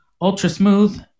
ultra-smooth